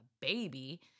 baby